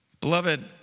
Beloved